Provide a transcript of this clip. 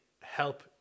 help